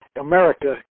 America